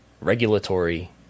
regulatory